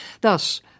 Thus